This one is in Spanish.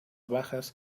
bajas